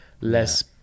less